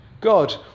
God